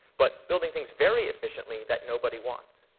but building things very efficiently that nobody wants.